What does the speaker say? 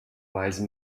wise